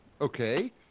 Okay